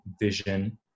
vision